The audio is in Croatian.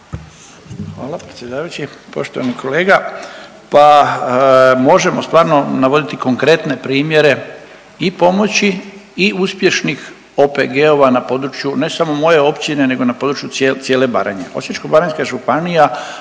Hvala predsjedavajući. Poštovani kolega, pa možemo stvarno navoditi konkretne primjere i pomoći i uspješnih OPG-ova na području ne samo moje općine, nego na području cijele Baranje. Osječko-baranjska županija